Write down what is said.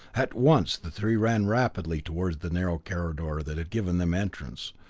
at once the three ran rapidly toward the narrow corridor that had given them entrance.